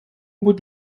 будь